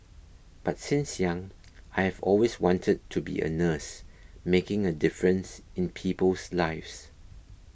but since young I have always wanted to be a nurse making a difference in people's lives